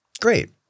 Great